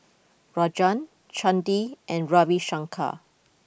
Rajan Chandi and Ravi Shankar